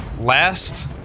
last